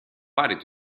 pare